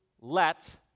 let